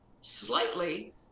slightly